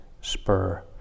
spur